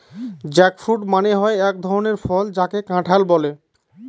jackfruit মানে হয় এক ধরনের ফল যাকে কাঁঠাল বলে